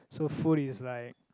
so food is like